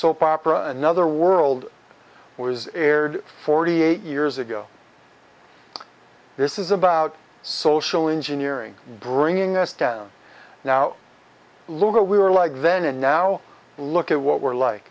soap opera another world was aired forty eight years ago this is about social engineering bringing us down now look at we were like then and now look at what we're like